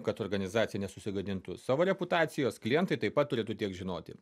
kad organizacija nesusigadintų savo reputacijos klientai taip pat turėtų tiek žinoti